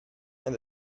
and